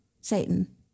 Satan